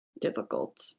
difficult